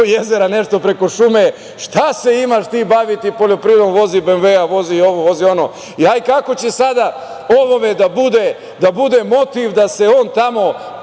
jezera, nešto preko šume, šta se imaš ti baviti poljoprivredom, vozi "BMW", vozi ovo, vozi ono. Hajde, kako će sada ovome da bude motiv da se on tamo